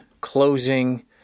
closing